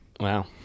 Wow